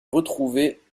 retrouver